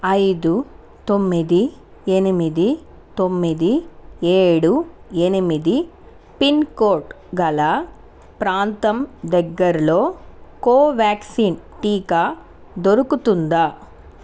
ఐదు తొమ్మిది ఎనిమిది తొమ్మిది ఏడు ఎనిమిది పిన్కోడ్ గల ప్రాంతం దగ్గరలో కోవాక్సిన్ టీకా దొరుకుతుందా